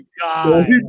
god